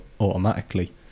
automatically